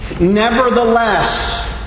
Nevertheless